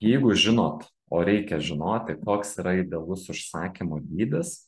jeigu žinot o reikia žinoti koks yra idealus užsakymo dydis